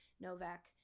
Novak